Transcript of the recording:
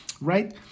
right